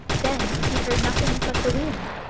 then he heard nothing but the wind,